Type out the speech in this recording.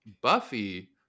Buffy